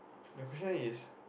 the question is